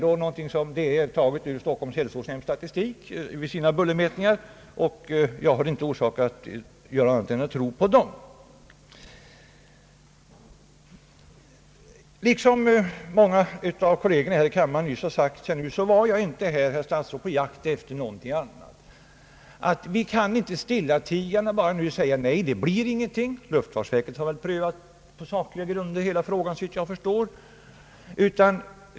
Uppgifterna är tagna ur Stockholms hälsovårdsnämnds statistik för bullermätningar, och jag har ingen anledning att inte tro på dem. Liksom många av mina kolleger här i kammaren var inte heller jag, herr statsråd, på jakt efter någonting annat än att jag vill framhålla att vi inte stillatigande kan konstatera att ingenting blir gjort. Luftfartsverket har, såvitt jag förstår, prövat hela frågan på sakliga grunder.